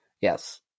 Yes